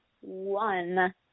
one